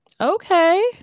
Okay